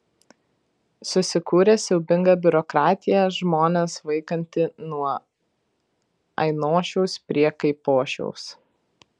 susikūrė siaubinga biurokratija žmones vaikanti nuo ainošiaus prie kaipošiaus